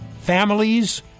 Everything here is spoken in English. families